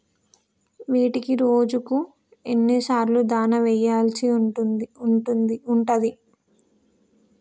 వీటికి రోజుకు ఎన్ని సార్లు దాణా వెయ్యాల్సి ఉంటది?